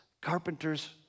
carpenter's